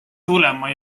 tulema